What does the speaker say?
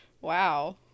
wow